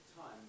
time